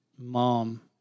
mom